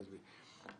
תרשה לי.